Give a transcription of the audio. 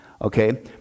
okay